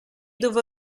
dove